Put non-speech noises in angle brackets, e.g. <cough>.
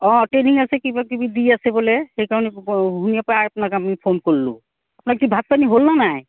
অঁ ট্ৰেইনিং আছে কিবা কিবি দি আছে বোলে সেইকাৰণে <unintelligible> আপোনাক আমি ফোন কৰিলোঁ আপোনাৰ কি ভাত পানী হ'লনে নাই